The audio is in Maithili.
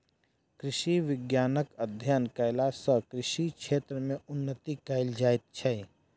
कृषि विज्ञानक अध्ययन कयला सॅ कृषि क्षेत्र मे उन्नति कयल जाइत छै